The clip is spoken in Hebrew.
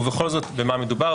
ובכל זאת במה מדובר?